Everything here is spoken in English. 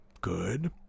good